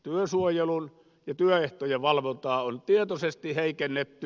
työsuojelun ja työehtojen valvontaa on tietoisesti heikennetty